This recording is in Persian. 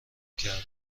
کردم